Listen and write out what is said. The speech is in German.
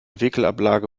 wickelablage